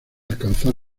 alcanzar